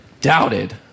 doubted